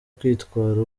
kwitwara